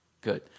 Good